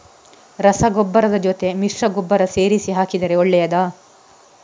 ರಸಗೊಬ್ಬರದ ಜೊತೆ ಮಿಶ್ರ ಗೊಬ್ಬರ ಸೇರಿಸಿ ಹಾಕಿದರೆ ಒಳ್ಳೆಯದಾ?